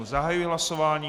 Zahajuji hlasování.